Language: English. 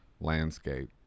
landscape